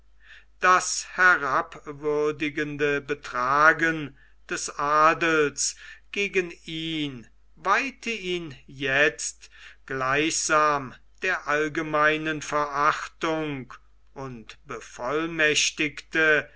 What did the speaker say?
das herabwürdigende betragen des adels gegen ihn weihte ihn jetzt gleichsam der allgemeinen verachtung und bevollmächtigte